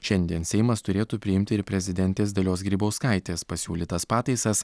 šiandien seimas turėtų priimti ir prezidentės dalios grybauskaitės pasiūlytas pataisas